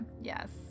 yes